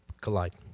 collide